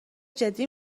جدی